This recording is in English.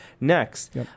next